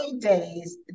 days